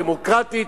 דמוקרטית,